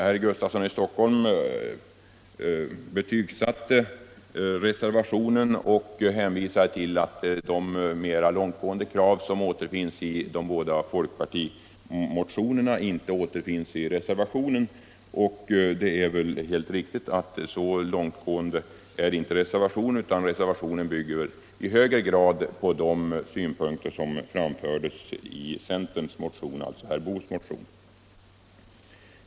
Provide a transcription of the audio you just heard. Herr Gustafsson i Stockholm betygsatte reservationen och hänvisade till att de mer långtgående kraven i de båda folkpartimotionerna inte återfinns i reservationen. Det är riktigt att reservationen inte är så långtgående, utan den bygger i högre grad på de synpunkter som framförts i centerns, alltså herr Boos, motion.